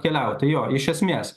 keliauti jo iš esmės